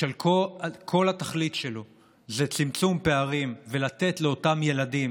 שכל התכלית שלו זה צמצום פערים ולתת לאותם ילדים